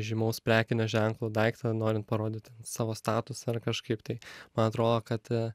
žymaus prekinio ženklo daiktą norint parodyti savo statusą ar kažkaip tai man atrodo kad